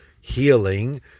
healing